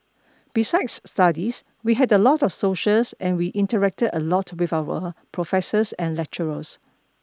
besides studies we had a lot of socials and we interacted a lot with our professors and lecturers